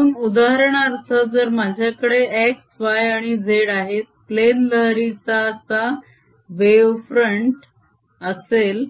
म्हणून उदाहरणार्थ जर माझ्याकडे x y आणि z आहेत प्लेन लहरीचा असा वेव्फ्रन्त असेल